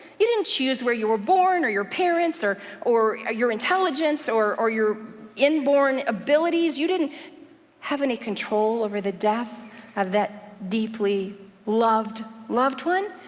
you didn't choose where you were born, or your parents, or or your intelligence, or or your inborn abilities. you didn't have any control over the death of that deeply loved loved one.